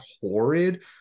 horrid